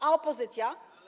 A opozycja?